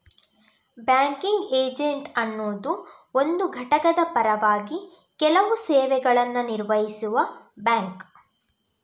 banking agent ಅನ್ನುದು ಒಂದು ಘಟಕದ ಪರವಾಗಿ ಕೆಲವು ಸೇವೆಗಳನ್ನ ನಿರ್ವಹಿಸುವ ಬ್ಯಾಂಕ್